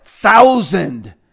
thousand